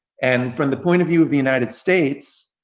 and from the point of view of the united states,